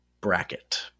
Bracket